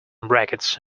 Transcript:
brackets